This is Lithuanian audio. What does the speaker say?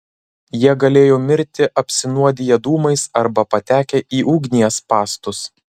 jie galėjo mirti apsinuodiję dūmais arba patekę į ugnies spąstus